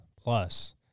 plus